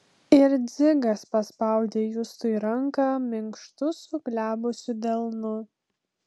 ir dzigas paspaudė justui ranką minkštu suglebusiu delnu